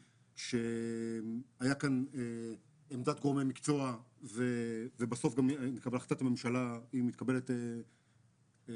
שהייתה כאן עמדת גורמי מקצוע ובסוף גם החלטת הממשלה מתקבלת גם